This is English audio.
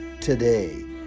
today